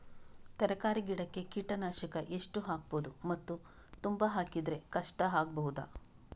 ತರಕಾರಿ ಗಿಡಕ್ಕೆ ಕೀಟನಾಶಕ ಎಷ್ಟು ಹಾಕ್ಬೋದು ಮತ್ತು ತುಂಬಾ ಹಾಕಿದ್ರೆ ಕಷ್ಟ ಆಗಬಹುದ?